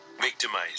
victimized